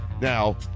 Now